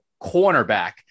cornerback